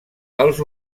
els